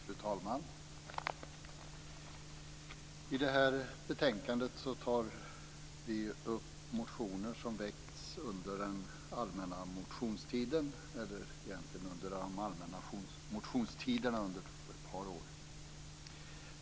Fru talman! I det här betänkande tar vi upp motioner som väckts under den allmänna motionstiden under ett par år.